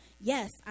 Yes